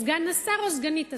סגן השר או סגנית השר?